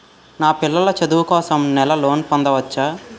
నా పిల్లల చదువు కోసం నేను లోన్ పొందవచ్చా?